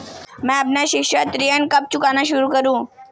मैं अपना शिक्षा ऋण कब चुकाना शुरू करूँ?